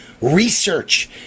Research